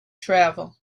travel